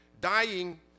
dying